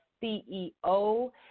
C-E-O